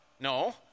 no